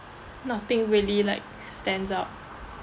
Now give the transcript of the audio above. nothing really like stands out